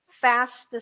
fastest